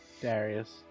Darius